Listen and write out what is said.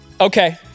Okay